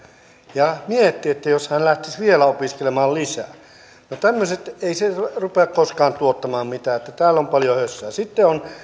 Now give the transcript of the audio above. ja hän mietti että jos hän lähtisi vielä opiskelemaan lisää tämmöinen ei rupea koskaan tuottamaan mitään täällä on paljon hössää sitten on